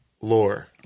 lore